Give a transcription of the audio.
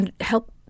help